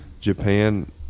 Japan